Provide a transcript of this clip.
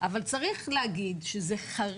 אני סך הכל מציג